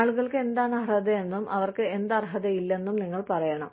ആളുകൾക്ക് എന്താണ് അർഹതയെന്നും അവർക്ക് എന്ത് അർഹതയില്ലെന്നും നിങ്ങൾ പറയണം